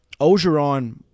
Ogeron